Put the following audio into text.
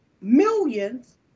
millions